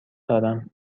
دارم